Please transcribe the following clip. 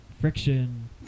friction